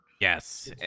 Yes